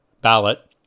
ballot